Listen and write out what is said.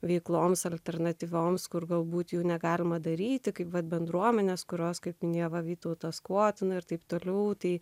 veikloms alternatyvioms kur galbūt jų negalima daryti kaip vat bendruomenes kurios kaip neva vytauto skvotina ir taip toliau